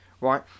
right